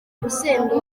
urusenda